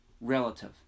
relative